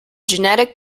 genetic